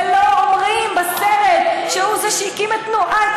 ולא אומרים בסרט שהוא זה שהקים את תנועת